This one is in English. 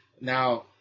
Now